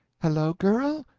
hello-girl?